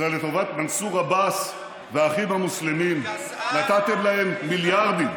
אדוני היושב-ראש, תן להם לצעוק,